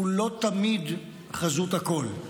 הוא לא תמיד חזות הכול.